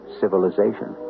civilization